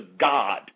God